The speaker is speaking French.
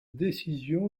décision